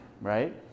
Right